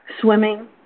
swimming